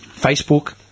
Facebook